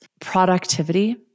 Productivity